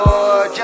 Lord